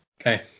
Okay